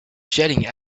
jetting